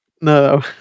No